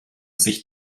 sich